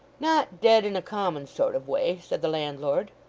not dead in a common sort of way said the landlord.